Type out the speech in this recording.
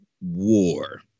war